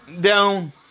down